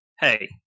Hey